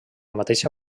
mateixa